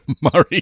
Murray